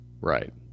Right